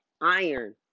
iron